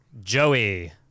Joey